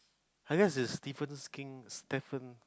I guess is Stephen-King Stephen